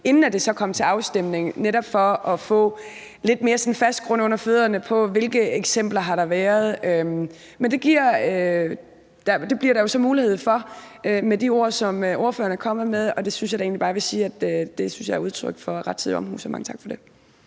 inden det kom til afstemning, netop for at få sådan lidt mere fast grund under fødderne, med hensyn til hvilke eksempler der har været. Men det bliver der med de ord, som ordføreren er kommet med, så mulighed for, og det synes jeg da egentlig bare jeg vil sige er udtryk for rettidig omhu. Så mange tak for det.